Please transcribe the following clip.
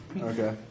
Okay